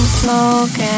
smoke